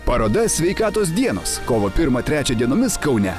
paroda sveikatos dienos kovo pirmą trečią dienomis kaune